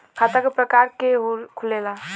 खाता क प्रकार के खुलेला?